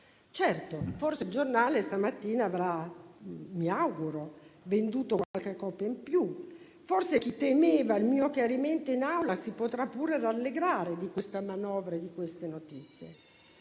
Certo, forse il giornale stamattina avrà - mi auguro - venduto qualche copia in più; forse chi temeva il mio chiarimento in Aula si potrà pure rallegrare di questa manovra e di queste notizie.